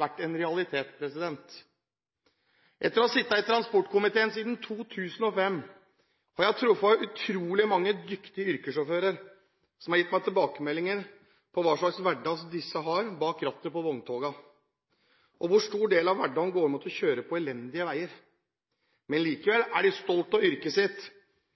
vært en realitet. Gjennom å ha sittet i transportkomiteen siden 2005 har jeg truffet utrolig mange dyktige yrkessjåfører. De har gitt meg tilbakemeldinger om hva slags hverdag de har bak rattet på vogntogene, og hvor stor del av hverdagen som går med til å kjøre på elendige veier. Men likevel er de stolte av yrket sitt